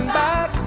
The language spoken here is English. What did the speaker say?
back